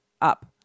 up